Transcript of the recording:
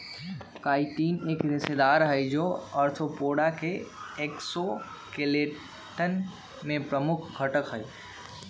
chitin एक रेशेदार हई, जो आर्थ्रोपोड्स के एक्सोस्केलेटन में प्रमुख घटक हई